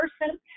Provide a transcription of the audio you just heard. person